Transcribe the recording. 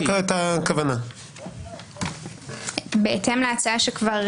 כדוגמה לסיפור שסיפרה עו"ד אריאלה שגב,